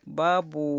babu